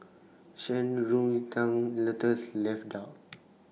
Shan Rui Tang Lotus Leaf Duck